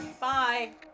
Bye